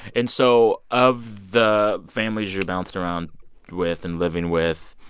and so, of the families you bounced around with and living with,